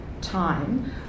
time